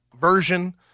version